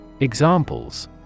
Examples